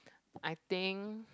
I think